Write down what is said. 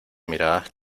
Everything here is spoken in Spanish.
miradas